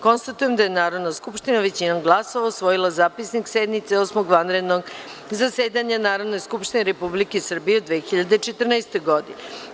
Konstatujem da je Narodna skupština većinom glasova usvojila Zapisnik sednice Osmog vanrednog zasedanja Narodne skupštine Republike Srbije u 2014. godini.